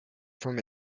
from